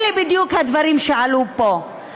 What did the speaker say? אלה בדיוק הדברים שעלו פה.